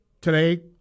Today